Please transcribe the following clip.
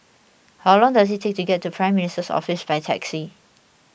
how long does it take to get to Prime Minister's Office by taxi